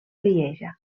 lieja